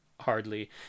hardly